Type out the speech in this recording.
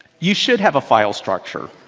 you should have a file structure.